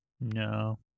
No